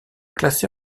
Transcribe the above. classés